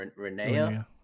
Renea